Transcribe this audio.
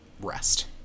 rest